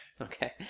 Okay